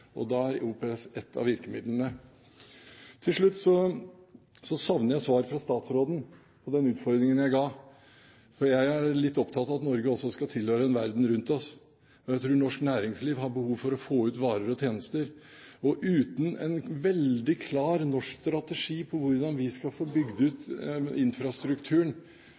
Da er OPS ett av virkemidlene. Til slutt: Jeg savner svar fra statsråden på den utfordringen jeg ga, for jeg er litt opptatt av at Norge også skal tilhøre en verden rundt seg. Jeg tror at norsk næringsliv har behov for å få ut varer og tjenester. Uten en veldig klar norsk strategi om hvordan vi skal få bygd ut infrastrukturen